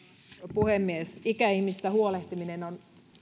puhemies ikäihmisistä huolehtiminen on